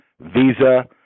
Visa